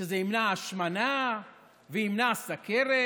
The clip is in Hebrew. שזה ימנע השמנה וימנע סוכרת,